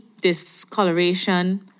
discoloration